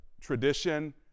tradition